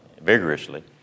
vigorously